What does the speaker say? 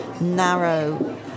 narrow